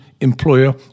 employer